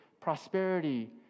prosperity